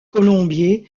colombier